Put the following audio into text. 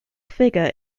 figure